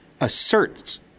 asserts